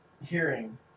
hearing